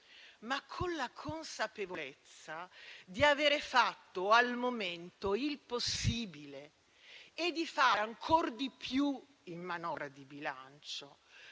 ma con la consapevolezza di aver fatto al momento il possibile e di fare ancor di più in manovra di bilancio,